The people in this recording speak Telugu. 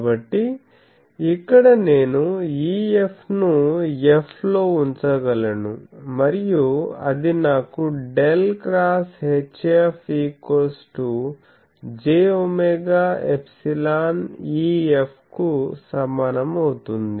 కాబట్టి ఇక్కడ నేను EF ను F లో ఉంచగలను మరియు అది నాకు ∇ X HFjω∈EF కు సమానమవుతుంది